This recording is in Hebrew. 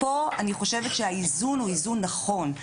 פה אני חושבת שהאיזון הוא נכון.